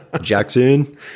Jackson